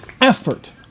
effort